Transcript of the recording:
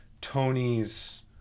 Tony's